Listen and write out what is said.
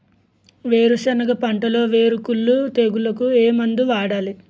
వేరుసెనగ పంటలో వేరుకుళ్ళు తెగులుకు ఏ మందు వాడాలి?